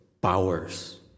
powers